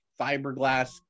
fiberglass